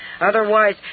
otherwise